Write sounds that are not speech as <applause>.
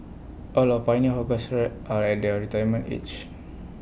all our pioneer hawkers <unintelligible> are at their retirement age